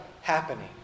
happening